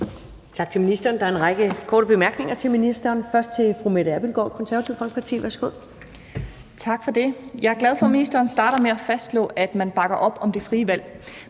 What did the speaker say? Tak for det. Der er en række korte bemærkninger til ministeren. Det er først fra fru Mette Abildgaard, Det Konservative Folkeparti. Værsgo. Kl. 15:13 Mette Abildgaard (KF): Tak for det. Jeg er glad for, at ministeren starter med at fastslå, at man bakker op om det frie valg.